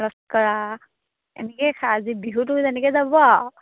এনেকেই খাই আজি বিহুটো তেনেকে যাব আৰু